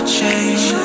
change